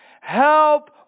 help